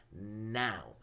now